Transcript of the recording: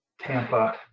Tampa